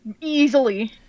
Easily